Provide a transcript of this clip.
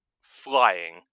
flying